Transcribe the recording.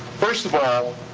first of all,